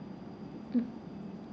mm